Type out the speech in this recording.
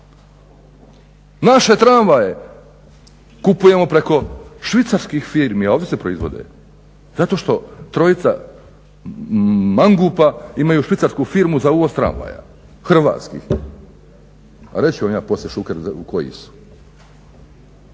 Naše tramvaje kupujemo preko švicarskih firmi, a ovdje se proizvode zato što trojica mangupa imaju švicarsku firmu za uvoz tramvaja hrvatskih. Reći ću vam ja poslije Šuker koji su.